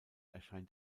erscheint